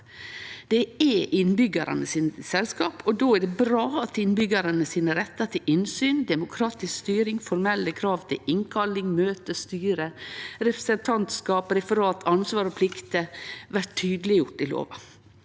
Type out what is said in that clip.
Det er innbyggjarane sine selskap, og då er det bra at innbyggjarane sin rett til innsyn, demokratisk styring, formelle krav til innkalling, møte, styre, representantskap, referat, ansvar og plikter blir tydeleggjorde i lova.